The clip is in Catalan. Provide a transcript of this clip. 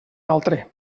altre